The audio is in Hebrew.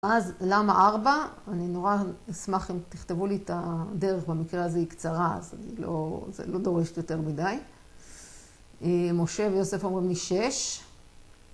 אז למה ארבע? אני נורא אשמח אם תכתבו לי את הדרך, במקרה הזה היא קצרה, אז אני לא דורשת יותר מדי. משה ויוסף אומרים לי שש.